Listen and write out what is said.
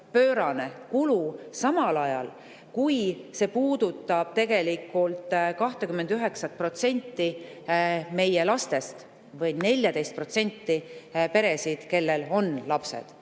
pöörane kulu –, samal ajal kui see puudutab tegelikult 29% meie lastest või 14% peresid, kus on lapsed.